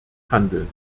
handeln